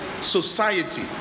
society